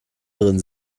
drin